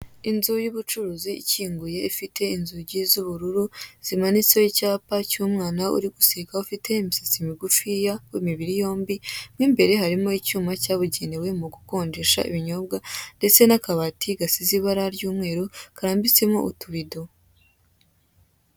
Inzu y'ubucuruzi ikinguye ifite inzugi z'ubururu zimanitseho icyapa cy'umwana uri guseka ufite imisatsi migufiya w'imibiri yombi mo imbere hari icyuma cyabugenewe mugukonjesha ibinyobwa ndetse n'akabati gasize ibara ryumweru karambitsemo utubido.